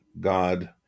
god